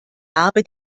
habe